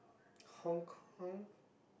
Hong-Kong